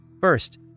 First